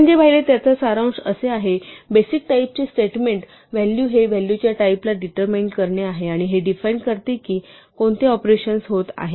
आपण जे पाहिले त्याचे सारांश असे आहे बेसिक टाईप चे स्टेटमेंट व्हॅल्यू हे व्हॅल्यूच्या टाईप ला डिटर्मिन करणे आहे आणि हे डिफाइन करते की कोणते ऑपरेशन्स होत आहे